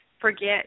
forget